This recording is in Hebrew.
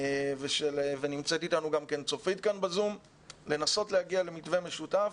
ונמצאת בזום גם צופית לנסות להגיע למתווה משותף.